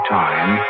time